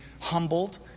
humbled